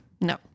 No